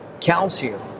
calcium